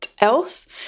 else